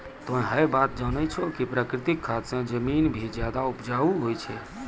तोह है बात जानै छौ कि प्राकृतिक खाद स जमीन भी ज्यादा उपजाऊ होय छै